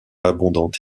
abondante